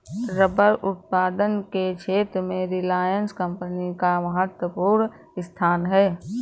rubber उत्पादन के क्षेत्र में रिलायंस कम्पनी का महत्त्वपूर्ण स्थान है